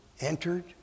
entered